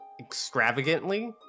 extravagantly